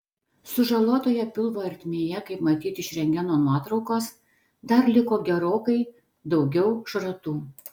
sužalotoje pilvo ertmėje kaip matyti iš rentgeno nuotraukos dar liko gerokai daugiau šratų